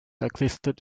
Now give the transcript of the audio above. existed